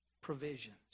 provisions